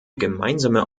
gemeinsame